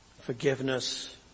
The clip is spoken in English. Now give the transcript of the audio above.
forgiveness